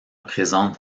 présente